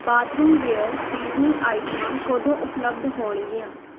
bathroomware seasoning ਆਈਟਮਾਂ ਕਦੋਂ ਉਪਲਬਧ ਹੋਣਗੀਆਂ